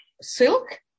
silk